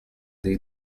dei